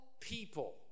people